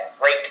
break